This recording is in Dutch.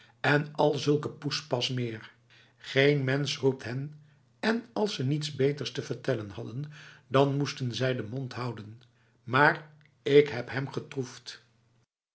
en al zulke poespas meefl geen mens roept hen en als ze niets beters te vertellen hadden dan moesten zij de mond houden maar ik heb hem getroefd